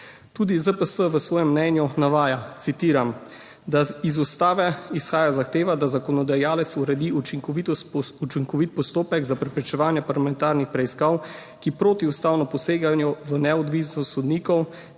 Tudi ZPS v svojem mnenju navaja, citiram, »da iz ustave izhaja zahteva, da zakonodajalec uredi učinkovit postopek za preprečevanje parlamentarnih preiskav, ki protiustavno posegajo v neodvisnost sodnikov,